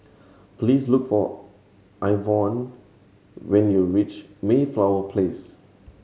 please look for Ivonne when you reach Mayflower Place